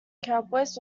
cowboys